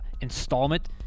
installment